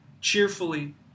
cheerfully